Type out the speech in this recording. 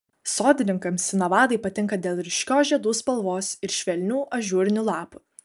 sodininkams sinavadai patinka dėl ryškios žiedų spalvos ir švelnių ažūrinių lapų